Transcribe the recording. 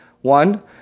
One